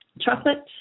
chocolate